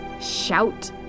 shout